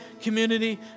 community